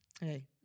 Hey